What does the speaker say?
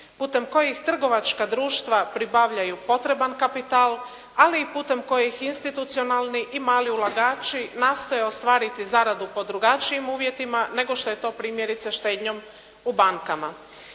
putem kojih trgovačka društva pribavljaju potreban kapital ali i putem kojih institucionalni i mali ulagači nastoje ostvariti zaradu po drugačijim uvjetima nego što je to primjerice štednjom u bankama.